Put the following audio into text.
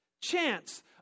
chance